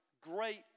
great